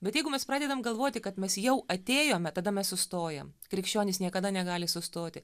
bet jeigu mes pradedam galvoti kad mes jau atėjome tada mes sustojam krikščionis niekada negali sustoti